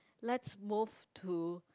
let's move to